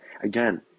again